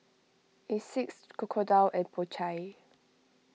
Asics Crocodile and Po Chai